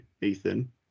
Ethan